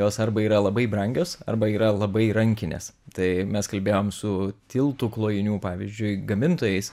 jos arba yra labai brangios arba yra labai rankinės tai mes kalbėjom su tiltų klojinių pavyzdžiui gamintojais